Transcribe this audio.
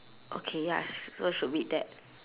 okay ya so should be that